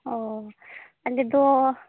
ᱚ ᱟᱞᱮᱫᱚ